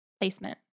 placement